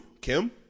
Kim